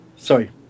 Sorry